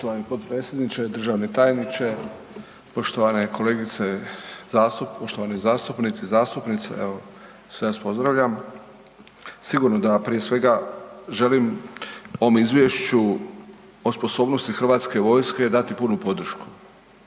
Poštovani potpredsjedniče, državni tajniče, poštovane kolegice, poštovani zastupnici i zastupnice, evo sve vas pozdravljam. Sigurno da prije svega želim u ovom izvješću o sposobnosti HV-a dati punu podršku.